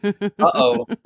Uh-oh